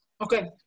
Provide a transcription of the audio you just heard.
Okay